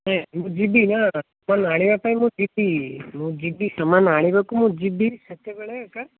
ହଁ ଯିବି ନା କଲରା ଆଣିବା ପାଇଁ ମୁଁ ଯିବି ମୁଁ ଯିବି ସାମାନ ଆଣିବାକୁ ମୁଁ ଯିବି ସେତେବେଳେ ଏକା